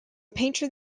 patron